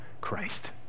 Christ